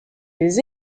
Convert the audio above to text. les